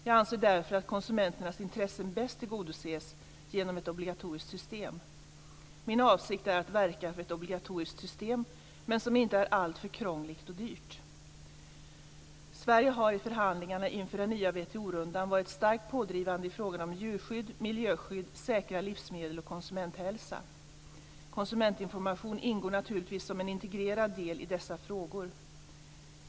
Jag anser därför att konsumenternas intressen bäst tillgodoses genom ett obligatoriskt system. Min avsikt är att verka för ett obligatoriskt system men som inte är alltför krångligt eller dyrt. Sverige har i förhandlingarna inför den nya WTO rundan varit starkt pådrivande i fråga om djurskydd, miljöskydd, säkra livsmedel och konsumenthälsa. Konsumentinformation ingår naturligtvis som en integrerad del i dessa frågor.